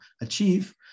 achieve